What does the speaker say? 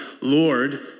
Lord